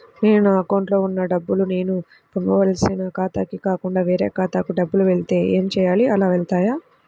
నేను నా అకౌంట్లో వున్న డబ్బులు నేను పంపవలసిన ఖాతాకి కాకుండా వేరే ఖాతాకు డబ్బులు వెళ్తే ఏంచేయాలి? అలా వెళ్తాయా?